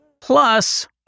Plus